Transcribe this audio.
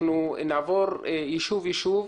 נעבור יישוב, יישוב,